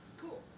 Cool